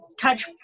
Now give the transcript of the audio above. touch